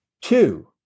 Two